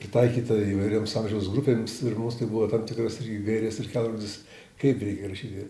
pritaikyta įvairioms amžiaus grupėms ir mums tai buvo tam tikros gairės ir kelrodis kaip reikia rašyti